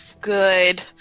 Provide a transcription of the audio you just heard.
good